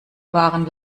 waren